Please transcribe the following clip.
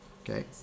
okay